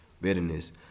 bitterness